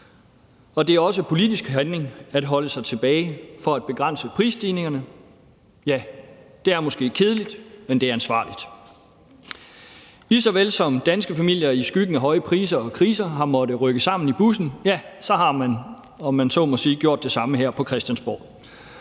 Det er også politisk handling at holde sig tilbage for at begrænse prisstigningerne; ja, det er måske kedeligt, men det er ansvarligt. Lige så vel som at danske familier i skyggen af høje priser og kriser har måttet rykke sammen i bussen, har man, om man så må sige, gjort det samme her på Christiansborg.